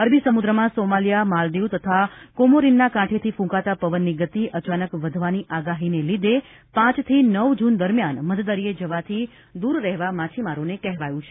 અરબી સમુદ્રમાં સોમાલીયા માલદીવ તથા કોમોરીનના કાંઠેથી ફૂંકાતા પવનની ગતિ અચાનક વધવાની આગાહીને લીધે પાંચથી નવ જૂન દરમ્યાન મધદરિયે જવાથી દૂર રહેવા માછીમારોને કહેવાયં છે